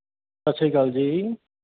ਸਤਿ ਸ਼੍ਰੀ ਅਕਾਲ ਜੀ